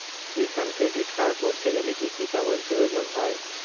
কিষান credit card করতে গেলে কি কি কাগজ প্রয়োজন হয়?